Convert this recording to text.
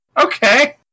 Okay